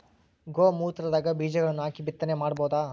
ಗೋ ಮೂತ್ರದಾಗ ಬೀಜಗಳನ್ನು ಹಾಕಿ ಬಿತ್ತನೆ ಮಾಡಬೋದ?